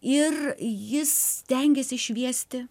ir jis stengėsi šviesti